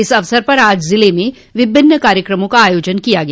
इस अवसर पर आज जिले में विभिन्न कार्यक्रमों का आयोजन किया गया